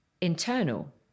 internal